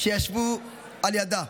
שישבו על ידה.